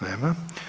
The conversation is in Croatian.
Nema.